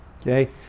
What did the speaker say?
Okay